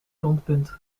rondpunt